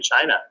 China